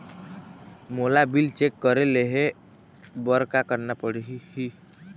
मोला bill check ले हे बर का करना पड़ही ही?